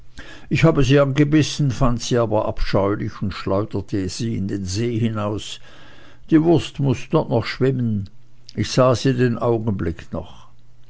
ich habe sie angebissen fand sie aber abscheulich und schleuderte sie in den see hinaus die wurst muß noch dort schwimmen ich sah sie den augenblick noch